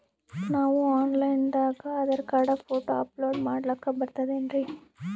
ನಾವು online ದಾಗ Aadhaar card, photo upload ಮಾಡ್ಲಕ ಬರ್ತದೇನ್ರಿ?